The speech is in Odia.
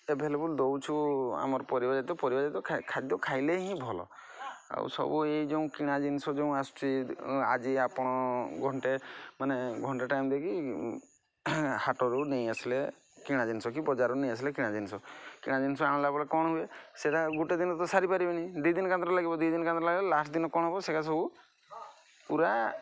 ଆଭେଲେବୁଲ୍ ଦେଉଛୁ ଆମର ପରିବା ଜାତୀୟ ପରିବା ଜାତୀୟ ଖାଦ୍ୟ ଖାଇଲେ ହିଁ ଭଲ ଆଉ ସବୁ ଏଇ ଯେଉଁ କିଣା ଜିନିଷ ଯେଉଁ ଆସୁଛି ଆଜି ଆପଣ ଘଣ୍ଟେ ମାନେ ଘଣ୍ଟେ ଟାଇମ୍ ଦେଇକି ହାଟରୁ ନେଇଆସିଲେ କିଣା ଜିନିଷ କି ବଜାରରୁ ନେଇଆସିଲେ କିଣା ଜିନିଷ କିଣା ଜିନିଷ ଆଣିଲା ପରେ କ'ଣ ହୁଏ ସେଇଟା ଗୋଟେ ଦିନ ତ ସାରିପାରିବନି ଦୁଇ ଦିନ ଏକା ଥରକେ ଲାଗିବ ଦୁଇ ଦିନ ଏକା ଥରକେ ଲାଗିଲେ ଲାଷ୍ଟ୍ ଦିନ କ'ଣ ହେବ ସେଇଟା ସବୁ ପୁରା